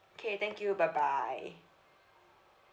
okay thank you bye bye